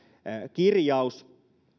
kirjaus